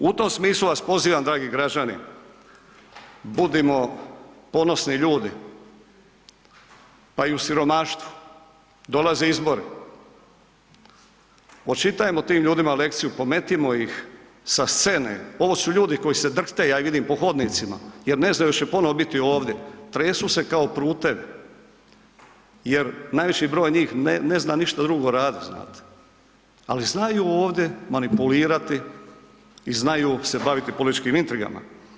U tom smislu vas pozivam dragi građani ponosni ljudi pa i u siromaštvu, dolaze izbore, očitajmo tim ljudima lekciju, pometimo ih sa scene, ovo su ljude koji se drhte, ja ih vidim hodnicima jer ne znaju jel će ponovo biti ovdje, tresu se kao prutevi jer najveći broj njih ne zna ništa drugo radit, znate ali znaju ovdje manipulirati i znaju se baviti političkim intrigama.